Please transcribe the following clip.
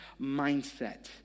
mindset